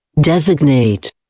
Designate